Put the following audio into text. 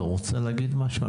רוצה להגיד משהו?